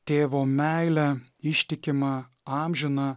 tėvo meilę ištikimą amžiną